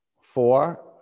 four